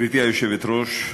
גברתי היושבת-ראש,